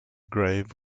grave